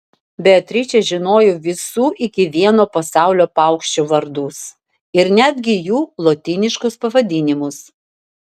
beatričė žinojo visų iki vieno pasaulio paukščių vardus ir netgi jų lotyniškus pavadinimus